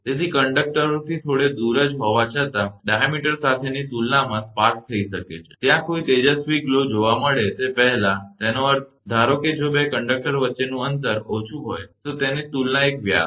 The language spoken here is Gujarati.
તેથી કંડકટરોથી થોડે દૂર જ હોવા છતાં વ્યાસ સાથેની તુલનામાં સ્પાર્ક થઈ શકે છે ત્યાં કોઈ તેજસ્વી ગ્લો જોવા મળે તે પહેલાં તેનો અર્થ ધારો કે જો 2 કંડક્ટર વચ્ચેનું અંતર ઓછું હોય તો તેની તુલના એક વ્યાસ છે